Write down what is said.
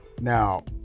Now